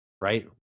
right